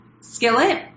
skillet